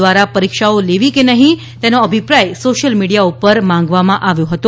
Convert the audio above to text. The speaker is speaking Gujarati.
દ્વારા પરીક્ષાઓ લેવી કે નહિ તેનો અભિપ્રાય સોસીયલ મીડિયા ઉપર માંગવામાં આવ્યો હતો